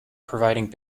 providing